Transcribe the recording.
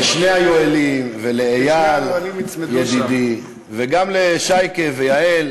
לשני היואלים, ולאיל ידידי, וגם לשייקה, ליעל